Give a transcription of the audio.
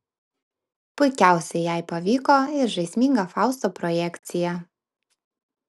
puikiausiai jai pavyko ir žaisminga fausto projekcija